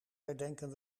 herdenken